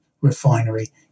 refinery